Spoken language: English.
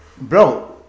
bro